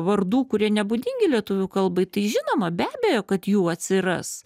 vardų kurie nebūdingi lietuvių kalbai tai žinoma be abejo kad jų atsiras